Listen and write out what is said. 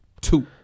Two